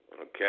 Okay